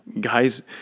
Guys